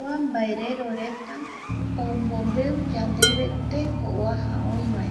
Kua mbaereroreta omombeu yandeve teteko oaja oi vae